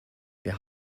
wir